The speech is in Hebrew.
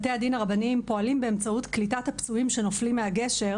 בתי הדין הרבניים פועלים באמצעות קליטת הפצועים שנופלים מהגשר,